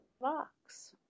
box